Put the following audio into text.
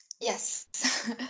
Yes